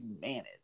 manage